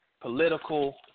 political